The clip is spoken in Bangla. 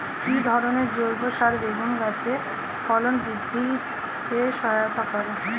কি ধরনের জৈব সার বেগুন গাছে ফলন বৃদ্ধিতে সহায়তা করে?